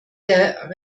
der